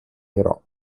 ihrer